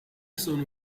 sono